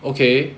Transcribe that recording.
okay